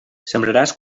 sembraràs